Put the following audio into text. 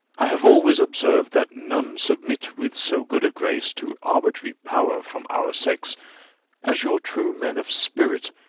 i have always observed that none submit with so good a grace to arbitrary power from our sex as your true men of spirit,